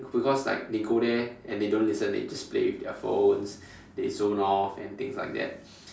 because like they go there and they don't listen they just play with their phones they zone off and things like that